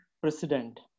president